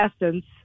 Essence